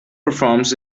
performs